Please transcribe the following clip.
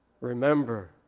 Remember